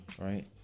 right